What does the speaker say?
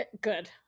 good